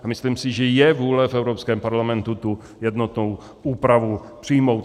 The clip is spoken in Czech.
Myslím si, že je vůle v Evropském parlamentu jednotnou úpravu přijmout.